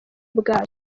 bwayo